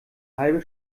halbe